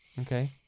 Okay